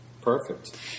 perfect